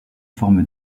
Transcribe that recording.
forment